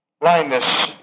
Blindness